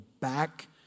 back